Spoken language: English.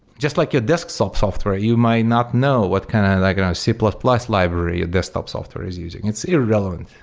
just like your desktop software. you might not know what kind of like and c plus plus library a desktop software is using. it's irrelevant.